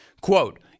Quote